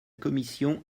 commission